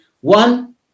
one